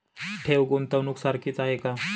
ठेव, गुंतवणूक सारखीच आहे का?